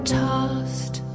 tossed